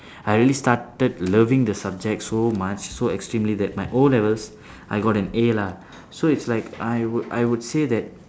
I really started loving the subject so much so extremely that my O-levels I got an A lah so it's like I would I would say that